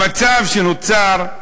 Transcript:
המצב שנוצר,